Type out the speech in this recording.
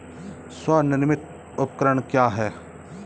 स्वनिर्मित उपकरण क्या है?